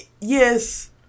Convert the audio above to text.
yes